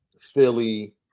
Philly